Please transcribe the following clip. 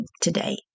today